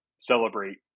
celebrate